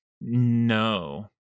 No